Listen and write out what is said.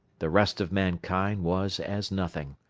the rest of mankind was as nothing.